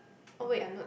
oh wait I'm not